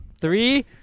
Three